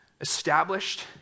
established